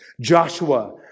Joshua